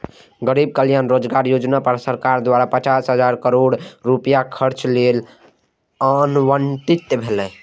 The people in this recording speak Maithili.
गरीब कल्याण रोजगार योजना पर सरकार द्वारा पचास हजार करोड़ रुपैया खर्च लेल आवंटित भेलै